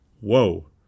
Whoa